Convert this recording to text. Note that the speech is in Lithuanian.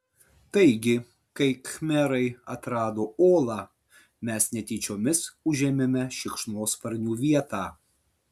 taigi kai khmerai atrado olą mes netyčiomis užėmėme šikšnosparnių vietą